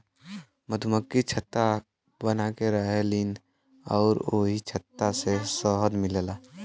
मधुमक्खि छत्ता बनाके रहेलीन अउरी ओही छत्ता से शहद मिलेला